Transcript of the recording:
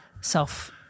self